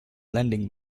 lending